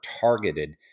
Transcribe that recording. targeted